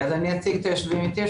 אני אציג את היושבים איתי.